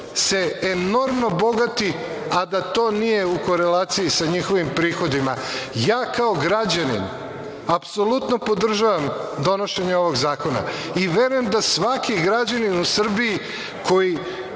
se enormno bogati a da to nije u korelaciji sa njihovim prihodima. Ja kao građanin apsolutno podržavam donošenje ovog zakona i verujem da svaki građanin u Srbiji koga